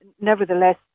Nevertheless